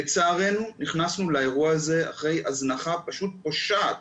לצערנו נכנסנו לאירוע הזה אחרי הזנחה פשוט פושעת